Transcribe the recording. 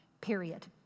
period